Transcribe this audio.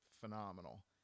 phenomenal